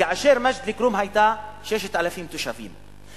כאשר מג'ד-אל-כרום היתה 6,000 תושבים,